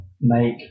make